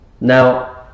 Now